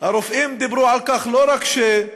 הרופאים דיברו על כך שלא רק שזו